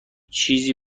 چیزی